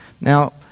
Now